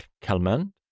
Kalman